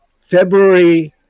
February